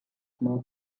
more